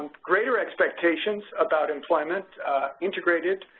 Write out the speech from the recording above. greater expectations about employment integrated